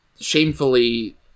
shamefully